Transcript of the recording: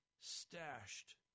stashed